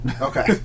Okay